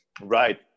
right